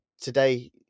today